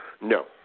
No